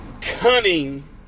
cunning